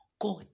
God